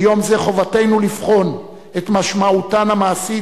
ביום זה חובתנו לבחון את משמעותן המעשית